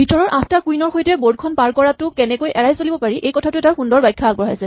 ভিতৰৰ ৮ টা কুইন ৰ সৈতে বৰ্ডখন পাৰ কৰাটো কেনেকৈ এৰাই চলিব পাৰি এই কথাটোৱে তাৰ সুন্দৰ ব্যাখ্যা আগবঢ়াইছে